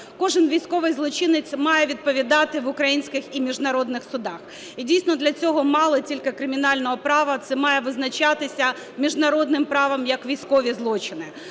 Кожен військовий злочинець має відповідати в українських і міжнародних судах, і дійсно для цього мало тільки кримінального права, це має визначатися міжнародним правом як військові злочини.